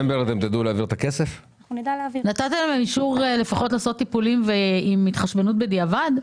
האם נתתם להם אישור לעשות טיפולים עם התחשבנות בדיעבד?